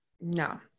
No